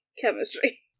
chemistry